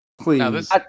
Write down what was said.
Please